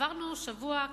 עברנו שבוע,